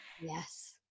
yes